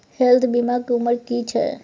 Health बीमा के उमर की छै?